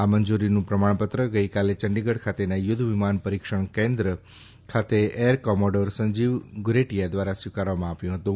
આ મંજૂરીનું પ્રમાણ પત્ર ગઇકાલે ચંડીગઢ ખાતેના યુદ્ધવિમાન પરિક્ષણ કેન્દ્ર ખાતે એરકોમોડોર સંજીવ ઘુરેટીયા દ્વારા સ્વીકારવામાં આવ્યું હતું